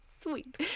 Sweet